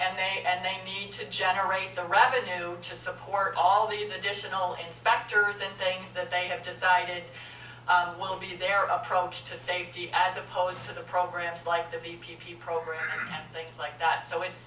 funding and they need to generate the revenue to support all these additional inspectors and things that they have decided will be their approach to safety as opposed to the programs like the vpp program and things like that so it's